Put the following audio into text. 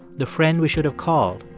the friend we should have called,